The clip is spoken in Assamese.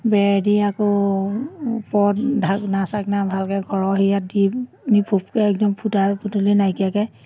বেৰ দি আকৌ পদ ঢাকনা চাকনা ভালকৈ ঘৰৰ হেৰিয়াত দি আমি ফুফকে একদম ফুটা ফুটলি নাইকিয়াকৈ